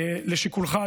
לשיקולך,